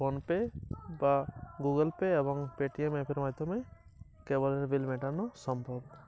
আমি কিভাবে অনলাইনে কেবলের বিল মেটাবো?